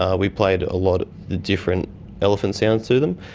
ah we played a lot of different elephant sounds to them.